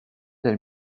del